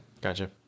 gotcha